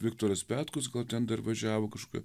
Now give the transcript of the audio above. viktoras petkus gal ten dar važiavo kažkokia